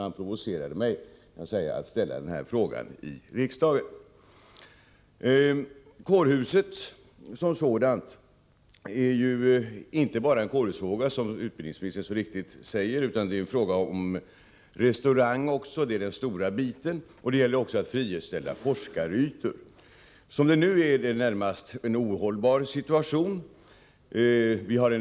Han provocerade mig och ville att jag skulle framställa en fråga i riksdagen därom. Frågan om kårhusbygget som sådant gäller inte bara ett kårhus — som utbildningsministern mycket riktigt säger — utan det är även fråga om restaurang som utgör den stora biten i sammanhanget. Det gäller också att frigöra forskningslokaler. Som det nu är är situationen närmast ohållbar.